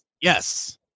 Yes